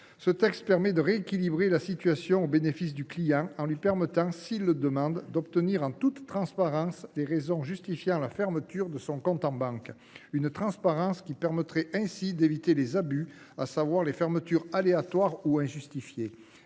Ce texte rééquilibre la situation au bénéfice du client en lui permettant, s’il le demande, d’obtenir en toute transparence les raisons justifiant la fermeture de son compte en banque. Cette transparence éviterait des abus, à savoir les fermetures aléatoires ou injustifiées,